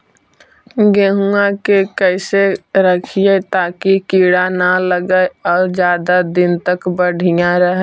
गेहुआ के कैसे रखिये ताकी कीड़ा न लगै और ज्यादा दिन तक बढ़िया रहै?